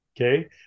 Okay